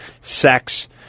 sex